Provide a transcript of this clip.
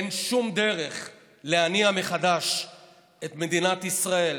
אין שום דרך להניע מחדש את מדינת ישראל